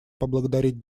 поблагодарить